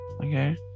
Okay